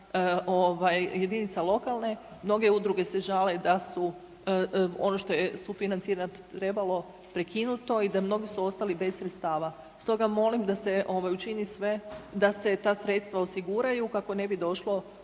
jedinica lokalne, mnoge udruge se žale da su ono što je sufinancirat trebalo prekinuti da su mnogi ostali bez sredstava. Stoga molim da se učini sve da se ta sredstva osiguraju kako ne bi došlo